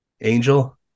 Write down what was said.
Angel